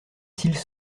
cils